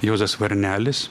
juozas varnelis